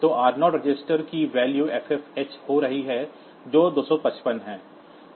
तो r0 register की value ffh हो रही है जो 255 है